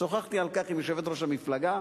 שוחחתי על כך עם יושבת-ראש המפלגה